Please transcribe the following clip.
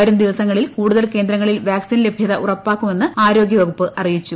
വരും ദിവസങ്ങളിൽ കൂടുതൽ കേന്ദ്രങ്ങളിൽ വാക്സിൻ ലഭ്യത ഉറപ്പാക്കുമെന്ന് ആരോഗ്യവകുപ്പ് അറിയിച്ചു